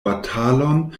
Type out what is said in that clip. batalon